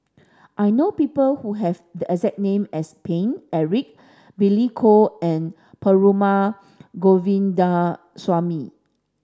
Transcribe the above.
I know people who have the exact name as Paine Eric Billy Koh and Perumal Govindaswamy